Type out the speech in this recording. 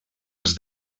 els